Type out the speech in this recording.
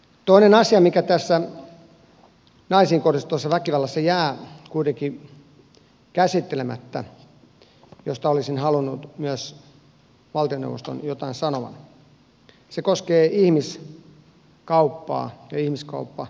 toinen asia joka tässä naisiin kohdistuvassa väkivallassa jää kuitenkin käsittelemättä ja josta olisin halunnut myös valtioneuvoston jotain sanovan koskee ihmiskauppaa ja ihmiskaupparikoksia